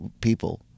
people